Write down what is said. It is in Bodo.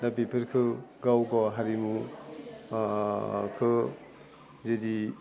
दा बेफोरखौ गाव गाव हारिमु खौ जिजि